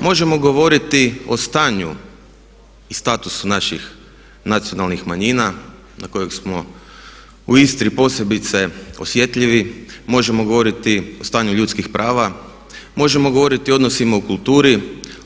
Možemo govoriti o stanju i statusu naših nacionalnih manjina na koje smo u Istri posebice osjetljivi, možemo govoriti o stanju ljudskih prava, možemo govoriti o odnosima u kulturi,